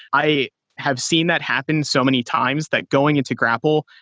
i have seen that happen so many times that going into grapl,